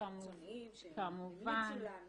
חיצוניים שהמליצו לנו